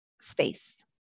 space